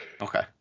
okay